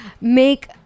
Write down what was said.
make